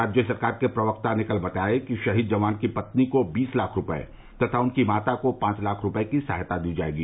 राज्य सरकार के प्रवक्ता ने कल बताया कि शहीद जवान की पत्नी को बीस लाख रूपये तथा उनकी माता को पांच लाख रूपये की सहायता दी जायेगी